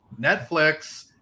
Netflix